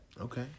Okay